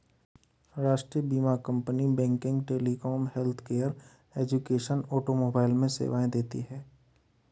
राष्ट्रीय बीमा company banking, telecom, healthcare, education, automobile में सेवाएं देती है